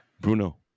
Bruno